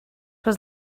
was